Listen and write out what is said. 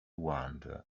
wand